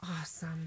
awesome